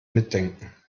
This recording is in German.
mitdenken